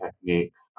techniques